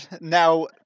Now